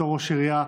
בתור ראש העירייה,